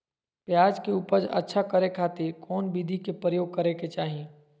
प्याज के उपज अच्छा करे खातिर कौन विधि के प्रयोग करे के चाही?